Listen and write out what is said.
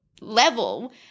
level